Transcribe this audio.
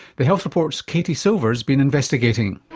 the health report's katie silver's been investigating.